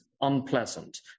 unpleasant